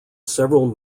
several